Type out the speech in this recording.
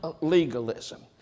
legalism